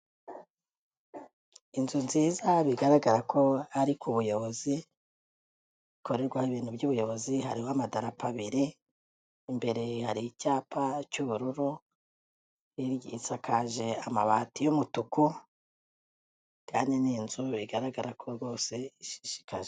Inzu nziza bigaragara ko ari ku buyobozi, ikorerwaho ibintu by'ubuyobozi, hariho amadarapo abiri, imbere hari icyapa cy'ubururu, isakaje amabati y'umutuku, kandi ni inzu bigaragara ko rwose ishishikaje.